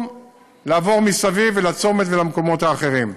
לעבור מסביב אל הצומת ואל המקומות האחרים.